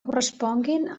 corresponguin